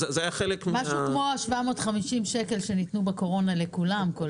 משהו כמו ה-750 שקל שניתנו בקורונה לכולם.